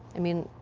i mean,